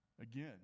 Again